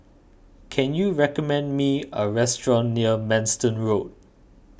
can you recommend me a restaurant near Manston Road